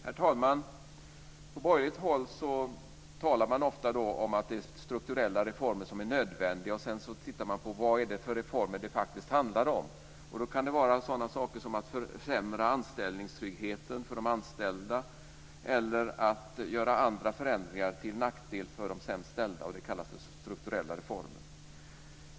Herr talman! På borgerligt håll talas det ofta om att det är strukturella reformer som är nödvändiga. Tittar man sedan på vilka reformer det handlar om ser man att det kan vara sådana saker som att försämra anställningstryggheten för de anställda eller att göra andra förändringar till nackdel för de sämst ställda. Det kallas strukturella reformer.